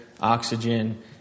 oxygen